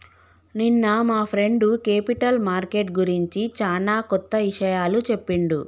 నిన్న మా friend capital market గురించి చానా కొత్త ఇషయాలు చెప్పిండు